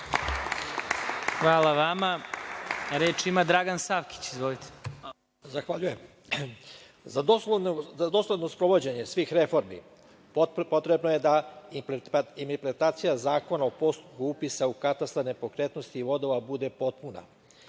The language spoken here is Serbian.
Hvala vama. Reč ima Dragan Savkić. Izvolite. **Dragan Savkić** Za dosledno sprovođenje svih reformi potrebna je implementacija Zakona o postupku upisa u katastar nepokretnosti vodova bude potpuna,